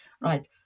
right